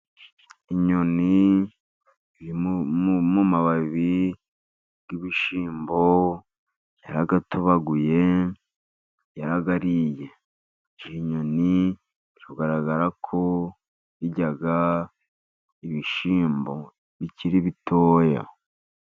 Inyoni iri mu mababi y'ibishyimbo, yarayatobaguye, yarayariye. Inyoni biri kugaragara ko irya ibishyimbo bikiri bitoya.